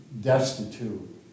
destitute